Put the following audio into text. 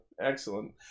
Excellent